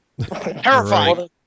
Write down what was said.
Terrifying